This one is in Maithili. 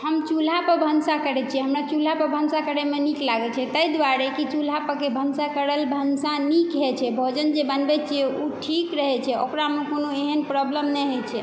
हम चूल्हा पर भनसा करै छियै हमरा चूल्हा पर भनसा करयमे नीक लागै छै ताहि दुआरे कि चूल्हा परके भनसा कयल भनसा नीक होइ छै भोजन जे बनबै छियै ओ ठीक रहै छै ओकरामे कोनो एहेन प्रोबलम नहि होइ छै